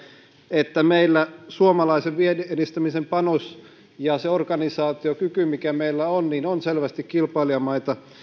että meillä suomalaisen viennin edistämisen panos ja se organisaatiokyky mikä meillä on on selvästi kilpailijamaita